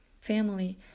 family